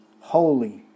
holy